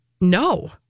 No